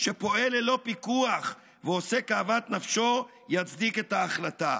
שפועל ללא פיקוח ועושה כאוות נפשו יצדיק את ההחלטה.